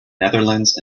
netherlands